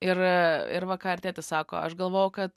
ir a ir va ką ir tėtis sako aš galvojau kad